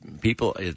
people